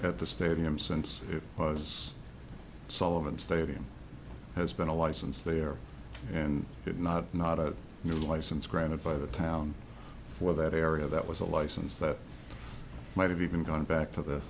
at the stadium since it was sullivan stadium has been a license there and not not a new license granted by the town for that area that was a license that might have even gone back to the